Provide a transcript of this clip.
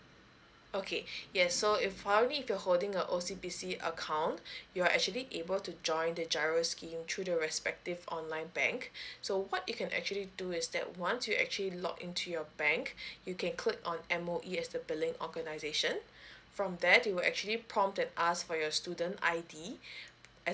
okay yes so if I mean if you're holding a O_C_B_C account you're actually able to join the giro scheme through the respective online bank so what you can actually do is that once you actually log in to your bank you can click on M_O_E as the billing organization from there they will actually prompt and ask for your student I_D